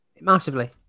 Massively